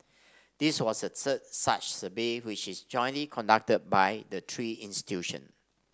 this was the third such survey which is jointly conducted by the three institution